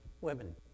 women